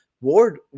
Ward